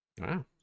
Wow